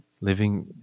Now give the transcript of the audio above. living